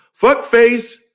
Fuckface